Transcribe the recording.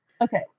Okay